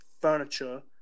furniture